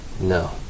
No